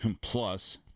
plus